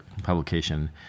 publication